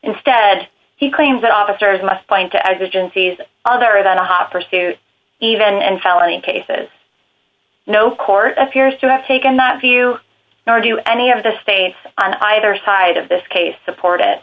instead he claims that officers must point to as regencies other than a hot pursuit even and felony cases no court appears to have taken that view nor do any of the states on either side of this case support it